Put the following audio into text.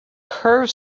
curved